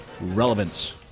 relevance